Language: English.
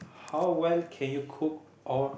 how well can you cook or